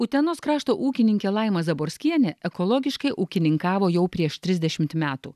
utenos krašto ūkininkė laima zaborskienė ekologiškai ūkininkavo jau prieš trisdešimt metų